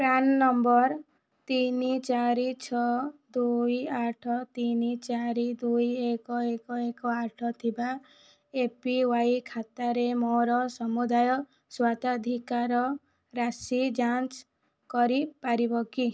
PRAN number ତିନି ଚାରି ଛଅ ଦୁଇ ଆଠ ତିନି ଚାରି ଦୁଇ ଏକ ଏକ ଏକ ଆଠ ଥିବା ଏପିୱାଇ ଖାତାରେ ମୋର ସମୁଦାୟ ସ୍ୱତ୍ୱାଧିକାର ରାଶି ଯାଞ୍ଚ କରିପାରିବ କି